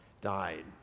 died